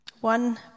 one